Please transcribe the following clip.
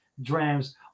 drams